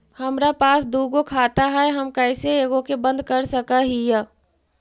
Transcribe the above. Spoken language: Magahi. हमरा पास दु गो खाता हैं, हम कैसे एगो के बंद कर सक हिय?